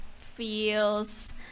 Feels